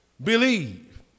Believe